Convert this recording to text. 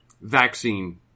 vaccine